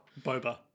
Boba